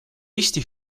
eesti